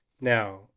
Now